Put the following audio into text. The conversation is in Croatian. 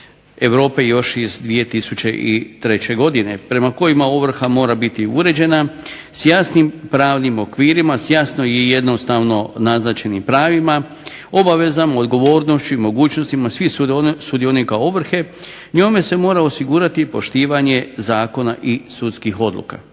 Europe još iz 2003. godine prema kojima ovrha mora biti uređena s jasnim pravnim okvirima, s jasno i jednostavno naznačenim pravima, obavezama, odgovornošću i mogućnostima svih sudionika ovrhe njome se mora osigurati i poštivanje zakona i sudskih odluka.